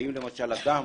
האם למשל אדם,